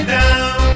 down